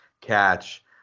catch